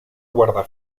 guarda